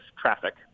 traffic